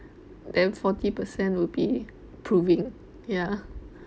then forty percent will be proving ya